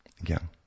Again